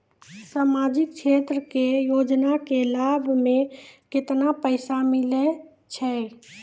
समाजिक क्षेत्र के योजना के लाभ मे केतना पैसा मिलै छै?